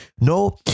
No